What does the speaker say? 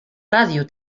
ràdio